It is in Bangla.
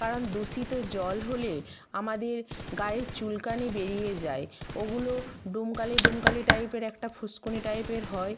কারণ দূষিত জল হলে আমাদের গায়ে চুলকানি বেরিয়ে যায় ওগুলো ডুমকালি ডুমকালি টাইপের একটা ফুসকুড়ি টাইপের হয়